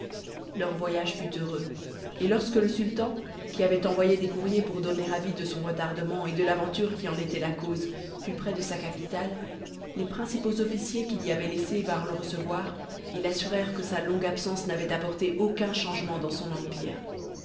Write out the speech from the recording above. leur voyage fut heureux et lorsque le sultan qui avait envoyé des courriers pour donner avis de son retardement et de l'aventure qui en était la cause fut près de sa capitale les principaux officiers qu'il y avait laissés vinrent le recevoir et l'assurèrent que sa longue absence n'avait apporté aucun changement dans son empire